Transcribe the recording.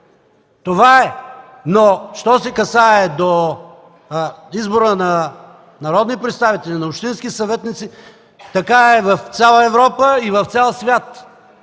Това е! Що се отнася до избора на народни представители и на общински съветници, така е в цяла Европа и в цял свят.